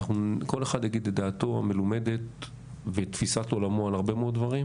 כל אחד יגיד את דעתו המלומדת ואת תפיסת עולמו על הרבה מאוד דברים,